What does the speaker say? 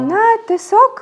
na tiesiog